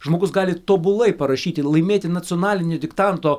žmogus gali tobulai parašyti ir laimėti nacionalinį diktanto